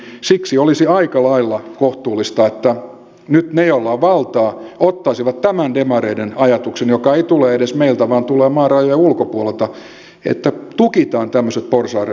siksi olisi aika lailla kohtuullista että nyt ne joilla on valtaa ottaisivat tämän demareiden ajatuksen joka ei tule edes meiltä vaan tulee maan rajojen ulkopuolelta että tukitaan tämmöiset porsaanreiät